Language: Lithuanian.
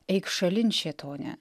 eik šalin šėtone